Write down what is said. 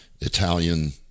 Italian